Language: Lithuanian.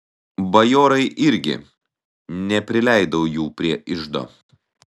bajorai irgi neprileidau jų prie iždo